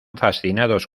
fascinados